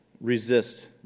resist